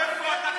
איפה אתם קונים?